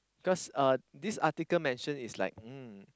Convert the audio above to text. cause uh this article mention is like um